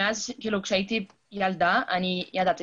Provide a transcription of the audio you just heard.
מאז הייתי ילדה ידעתי